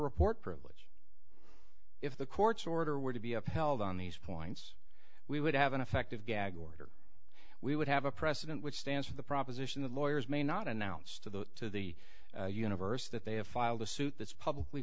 report privilege if the court's order were to be upheld on these points we would have an effective gag order we would have a precedent which stands for the proposition that lawyers may not announce to the to the universe that they have filed a suit that's probably